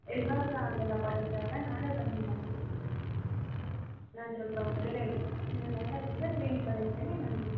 ಇವಾಗ ಆಗೋಲ್ಲ ಪವಿತ್ರಾ ಅವರೆ ನಾಳೆ ಬನ್ನಿ ಮಾಡಿಕೊಡ್ತೀನಿ ನಾನು ಸ್ವಲ್ಪ ಹೊರಗಡೆ ಇದ್ದೆ ನೀವು ನಾಳೆ ಬಂದರೆ ಕ್ಲಿನಿಕಲ್ಲಿ ಇರ್ತೇನೆ ನಾನು ಕೊಡ್ತೇನೆ